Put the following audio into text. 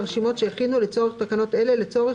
והרשימות שהכינו לצורך תקנות אלה לצורך